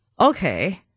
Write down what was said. okay